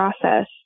process